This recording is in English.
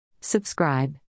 Subscribe